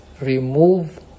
remove